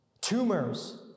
tumors